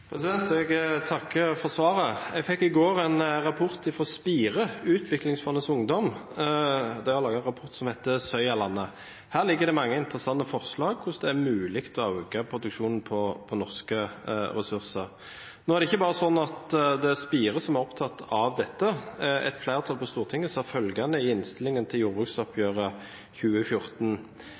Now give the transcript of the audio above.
Jeg takker for svaret. Jeg fikk i går en rapport fra Spire, Utviklingsfondets ungdom. De har laget en rapport som heter Soyalandet. Her ligger det mange interessante forslag om hvordan det er mulig å øke produksjonen på norske ressurser. Nå er det ikke sånn at det er bare Spire som er opptatt av dette. Et flertall på Stortinget sa følgende i innstillingen om jordbruksoppgjøret 2014: